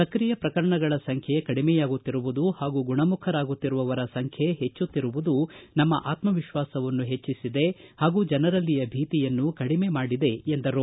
ಸಕ್ರಿಯ ಪ್ರಕರಣಗಳ ಸಂಖ್ಯೆ ಕಡಿಮೆಯಾಗುತ್ತಿರುವುದು ಹಾಗೂ ಗುಣಮುಖರಾಗುತ್ತಿರುವವರ ಸಂಖ್ಯೆ ಹೆಚ್ಚುತ್ತಿರುವುದು ನಮ್ಮ ಆತ್ಮವಿಶ್ವಾಸವನ್ನು ಹೆಚ್ಚಿಸಿದೆ ಹಾಗೂ ಜನರಲ್ಲಿಯ ಭೀತಿಯನ್ನೂ ಕಡಿಮೆ ಮಾಡಿದೆ ಎಂದರು